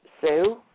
Sue